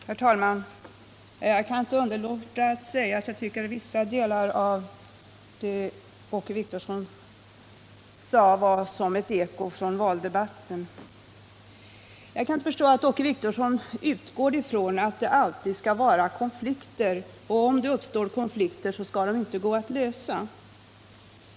Herr talman! Jag kan inte underlåta att säga att jag tycker att vissa delar av Åke Wictorssons anförande lät som ett eko från valdebatten. Jag kan inte förstå att Åke Wictorsson utgår ifrån att det alltid skall uppstå konflikt och att det inte skall gå att lösa en sådan.